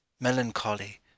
Melancholy